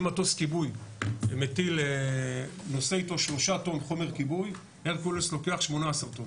אם מטוס כיבוי נושא איתו 3 טון חומר כיבוי הרקולס לוקח 18 טון.